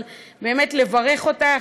אבל באמת לברך אותך.